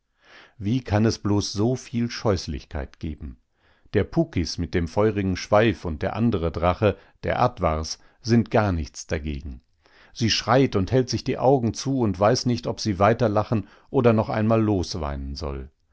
wie kann es bloß so viel scheußlichkeit geben der pukys mit dem feurigen schweif und der andere drache der atwars sind gar nichts dagegen sie schreit und hält sich die augen zu und weiß nicht ob sie weiterlachen oder noch einmal losweinen soll